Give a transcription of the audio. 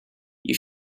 you